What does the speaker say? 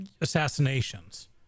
assassinations